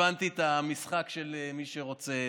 הבנתי את המשחק של מי שרוצה.